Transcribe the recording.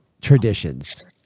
traditions